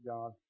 God